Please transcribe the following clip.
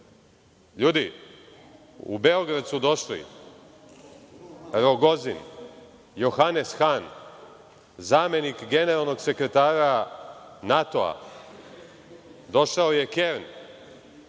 LJudi, u Beograd su došli Rogozin, Johanes Han, zamenik generalnog sekretara NATO-a, došli su svi